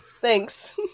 Thanks